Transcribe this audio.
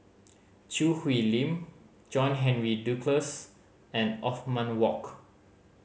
Choo Hwee Lim John Henry Duclos and Othman Wok